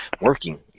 working